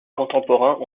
contemporains